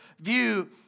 view